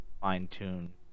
fine-tune